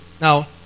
now